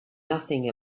nothing